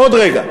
עוד רגע.